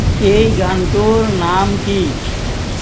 এই গানটোৰ নাম কি